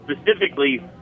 Specifically